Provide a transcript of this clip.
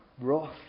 Wrath